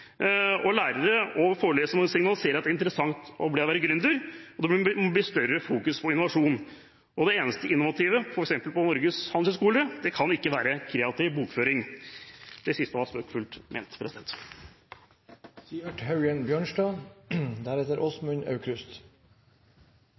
holdningsskaping. Lærere og forelesere må signalisere at det er interessant å være gründer. Det må bli større fokus på innovasjon. Det eneste innovative på f.eks. Norges Handelshøyskole kan ikke være kreativ bokføring. Dette siste var spøkefullt ment.